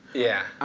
yeah,